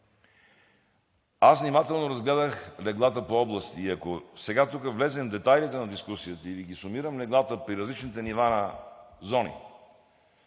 Аз внимателно разгледах леглата по области и ако сега тук влезем в детайлите на дискусията или сумирам леглата в периодичните нива на зони